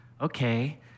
okay